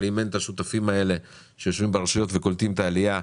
אבל אם אין את השותפים האלה שיושבים ברשויות וקולטים את העלייה,